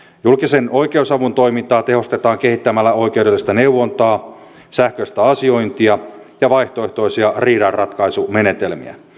julkisen oikeusavun toimintaa tehostetaan kehittämällä oikeudellista neuvontaa sähköistä asiointia ja vaihtoehtoisia riidanratkaisumenetelmiä